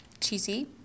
cheesy